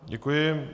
Děkuji.